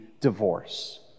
Divorce